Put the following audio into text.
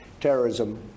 terrorism